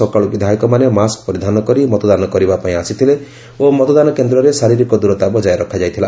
ସକାଳୁ ବିଧାୟକମାନେ ମାସ୍କ୍ ପରିଧାନ କରି ମତଦାନ କରିବାପାଇଁ ଆସିଥିଲେ ଓ ମତଦାନ କେନ୍ଦ୍ରରେ ଶାରୀରିକ ଦୂରତା ବଜାୟ ରଖାଯାଇଥିଲା